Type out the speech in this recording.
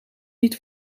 niet